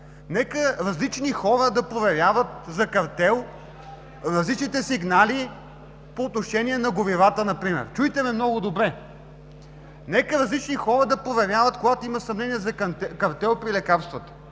Нека различни хора да проверяват за картел различните сигнали по отношение на горивата например. Чуйте ме много добре! Нека различни хора да проверяват, когато има съмнение за картел при лекарствата!